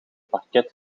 parket